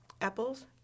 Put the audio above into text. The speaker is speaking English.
apples